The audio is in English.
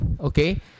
okay